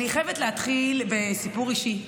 אני חייבת להתחיל בסיפור אישי,